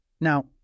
Now